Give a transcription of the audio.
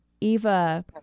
Eva